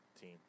team